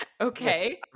Okay